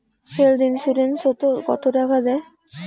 Health insurance ওত কত টাকা দেয়?